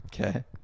Okay